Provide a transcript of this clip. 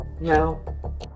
no